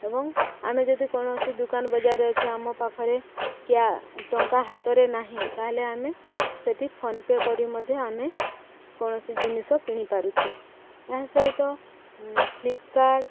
ଏବଂ ଆମେ ଯଦି କୌଣସି ଦୁକାନ ବଜାର ଅଛେ ଆମ ପାଖରେ କିଆ ଟଙ୍କା ହାତରେ ନାହିଁ ତାହେଲେ ଆମେ ସେଠି ଫୋନ୍ପେ' କରି ମଧ୍ୟ ଆମେ କୌଣସି ଜିନିଷ କିଣିପାରୁଛେ ଏହା ସହିତ ଫ୍ଲିପକାର୍ଟ